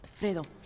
Fredo